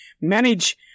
manage